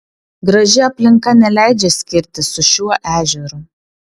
graži aplinka neleidžia skirtis su šiuo ežeru